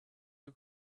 you